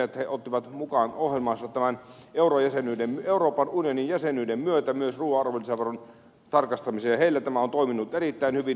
he ottivat mukaan ohjelmaansa euroopan unionin jäsenyyden myötä myös ruuan arvonlisäveron tarkastamisen ja heillä tämä on toiminut erittäin hyvin